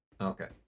Okay